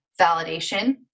validation